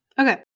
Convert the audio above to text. Okay